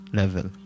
level